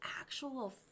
actual